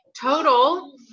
total